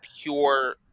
pure